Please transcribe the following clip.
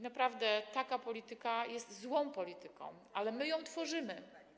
Naprawdę taka polityka jest złą polityką, ale my ją tworzymy.